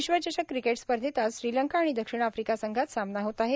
विश्वचषक क्रिकेट स्पर्धेत आज श्रीलंका आणि दक्षिण आफ्रिका संघात सामना होत आहे